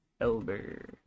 Elber